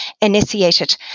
initiated